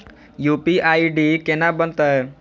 UPI ID केना बनतै?